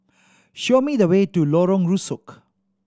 show me the way to Lorong Rusuk